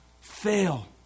fail